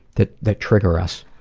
that that trigger us,